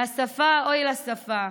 והשפה, אוי לשפה,